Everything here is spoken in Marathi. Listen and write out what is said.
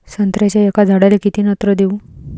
संत्र्याच्या एका झाडाले किती नत्र देऊ?